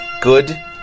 good